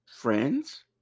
friends